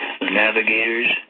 navigators